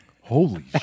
Holy